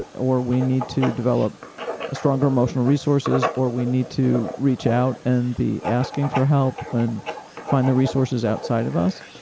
ah or we need to develop a stronger emotional resources or we need to reach out and be asking for help and find the resources outside of us.